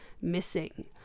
missing